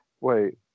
wait